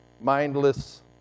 mindless